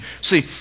see